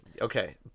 Okay